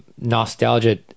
nostalgia